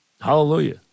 Hallelujah